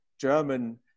German